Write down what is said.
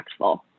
impactful